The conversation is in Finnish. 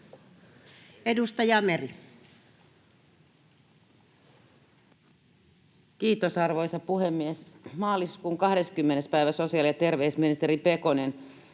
Edustaja Meri. Kiitos, arvoisa puhemies! Maaliskuun 20. päivä sosiaali‑ ja terveysministeri Pekonen